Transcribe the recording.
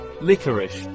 licorice